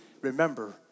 remember